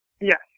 Yes